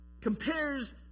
compares